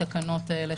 התקנות האלה,